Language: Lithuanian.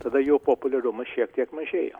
tada jo populiarumas šiek tiek mažėja